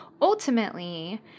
ultimately